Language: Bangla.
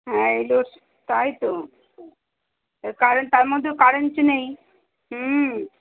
হ্যাঁ এই লোডশে তাই তো কারেন্ট তার মধ্যেও কারেন্ট নেই হুম